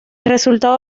resultado